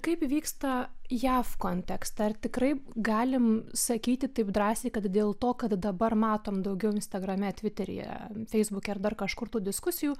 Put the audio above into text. kaip vyksta jav kontekste ar tikrai galim sakyti taip drąsiai kad dėl to kad dabar matom daugiau instagrame tviteryje feisbuke ir dar kažkur tų diskusijų